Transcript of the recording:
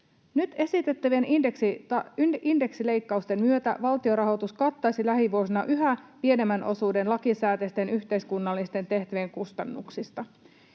Nyt esitettävien indeksileikkausten myötä valtionrahoitus kattaisi lähivuosina yhä pienemmän osuuden lakisääteisten yhteiskunnallisten tehtävien kustannuksista.